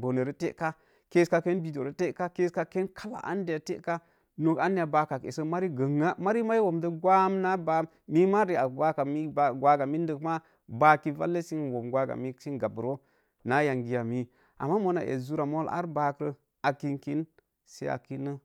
bone rə taka, kessa ken biddu rə ta, kessa ken biɗu taka, kessəken kalla andə ya taka, nok anya, baaƙak, essə mari gəngə, mari maa i womro gwam naa baak kak, mima ri ak gwaga mindok maa baki valle sə n wom gwaga mindok sə gau roo naa yangiya mii, ama muna es zurra mol ar baaro a kinkin sə a kinə